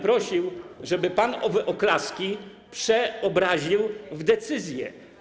Prosiłbym, żeby pan owe oklaski przeobraził w decyzje.